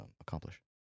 accomplish